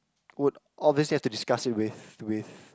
would obviously have to discuss it with with